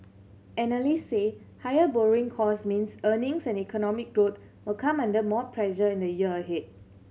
analysts say higher borrowing costs means earnings and economic growth will come under more pressure in the year ahead